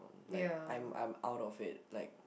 like I'm I'm out of it like